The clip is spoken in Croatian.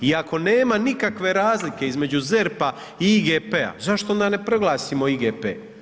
I ako nema nikakve razlike između ZERP-a i IGP-a, zašto onda ne proglasimo IGP?